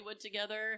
together